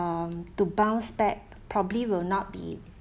um to bounce back probably will not be